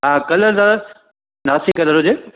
हा कलर दादा नासी कलर हुजे